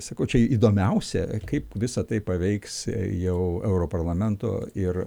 sakau čia įdomiausia kaip visa tai paveiks jau europarlamento ir